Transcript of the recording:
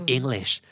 English